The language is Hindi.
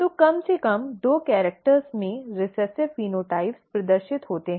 तो कम से कम दो कैरेक्टर्स में रिसेसिव फेनोटाइप्स प्रदर्शित होते हैं